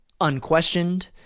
unquestioned